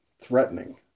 threatening